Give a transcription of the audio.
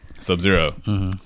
Sub-Zero